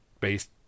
based